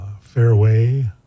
Fairway